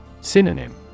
Synonym